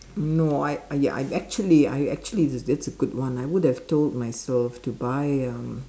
no I I ya I actually I actually that's a good one I would have told myself to buy um